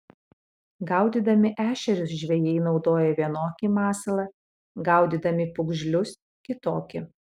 gaudydami ešerius žvejai naudoja vienokį masalą gaudydami pūgžlius kitokį